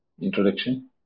introduction